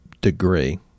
degree